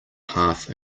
half